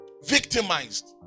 Victimized